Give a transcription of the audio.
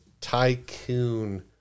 Tycoon